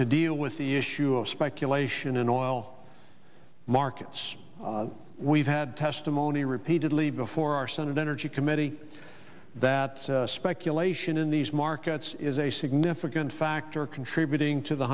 to deal with the issue of speculation in oil markets we've had testimony repeatedly before our senate energy committee that speculation in these markets is a significant factor contributing to the